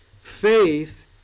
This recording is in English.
faith